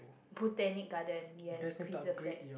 Botanic-Gardens yes preserve that